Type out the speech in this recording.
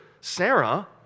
Sarah